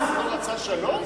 הרצוג לא רצה שלום?